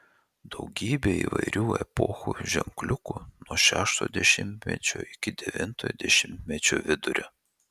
daugybė įvairių epochų ženkliukų nuo šešto dešimtmečio iki devinto dešimtmečio vidurio